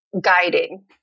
guiding